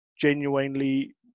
genuinely